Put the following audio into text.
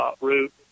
route